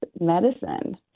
medicine